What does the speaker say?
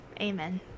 Amen